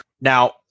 Now